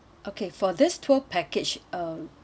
okay for this tour package uh